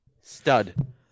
stud